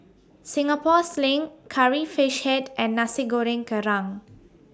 Singapore Sling Curry Fish Head and Nasi Goreng Kerang